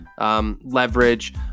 leverage